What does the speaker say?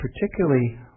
particularly